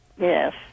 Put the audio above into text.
Yes